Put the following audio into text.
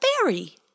fairy